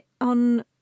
on